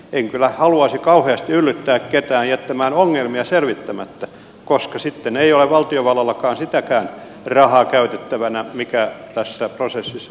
en kyllä haluaisi kauheasti yllyttää ketään jättämään ongelmia selvittämättä koska sitten ei ole valtiovallallakaan sitäkään rahaa käytettävänä mikä tässä prosessissa varmaan tarvitaan